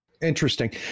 Interesting